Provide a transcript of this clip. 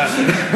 קטן.